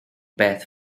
beth